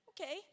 Okay